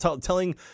telling